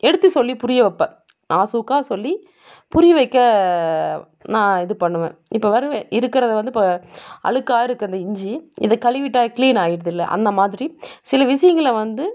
எடுத்து சொல்லி புரிய வைப்பன் நாசூக்காக சொல்லி புரிய வைக்க நான் இது பண்ணுவேன் இப்போ வருவ இருக்குறதை வந்து இப்போ அழுக்காகருக்கு அந்த இஞ்சி இதை கழுவிட்டால் கிளீன் ஆயிடுதுல்ல அந்த மாதிரி சில விஷயங்களை வந்து